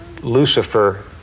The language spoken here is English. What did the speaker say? Lucifer